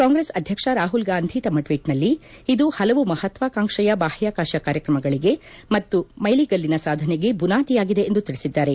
ಕಾಂಗ್ರೆಸ್ನ ಮಾಜಿ ಅಧ್ಯಕ್ಷ ರಾಹುಲ್ ಗಾಂಧಿ ತಮ್ಮ ಟ್ವೀಟ್ ನಲ್ಲಿ ಇದು ಪಲವು ಮಪತ್ವಾಕಾಂಕ್ಷೆಯ ಬಾಹ್ಯಾಕಾಶ ಕಾರ್ಯಕ್ರಮಗಳಿಗೆ ಮತ್ತು ಮೈಲಿಗಲ್ಲಿನ ಸಾಧನೆಗೆ ಬುನಾದಿಯಾಗಿದೆ ಎಂದು ತಿಳಿಸಿದ್ದಾರೆ